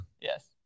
Yes